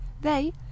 They